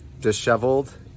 disheveled